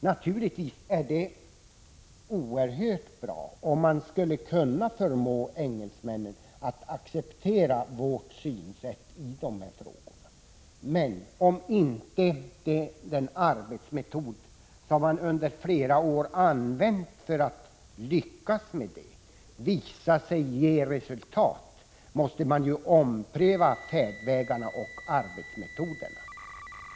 Naturligtvis vore det oerhört bra om man skulle kunna förmå engelsmännen att acceptera vårt synsätt, men om en arbetsmetod som man under flera år använt för att lyckas inte visar sig ge resultat måste man ju ompröva färdvägarna och arbetsmetoderna.